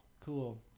cool